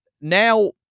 Now